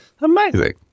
Amazing